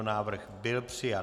Návrh byl přijat.